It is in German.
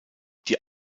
die